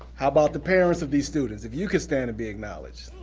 about the parents of these students, if you could stand and be acknowledged.